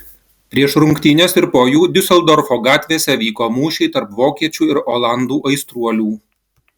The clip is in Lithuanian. prieš rungtynes ir po jų diuseldorfo gatvėse vyko mūšiai tarp vokiečių ir olandų aistruolių